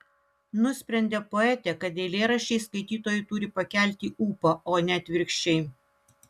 nusprendė poetė kad eilėraščiai skaitytojui turi pakelti ūpą o ne atvirkščiai